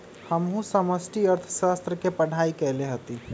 हमहु समष्टि अर्थशास्त्र के पढ़ाई कएले हति